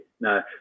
no